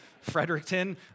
Fredericton